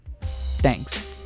Thanks